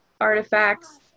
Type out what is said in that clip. artifacts